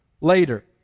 later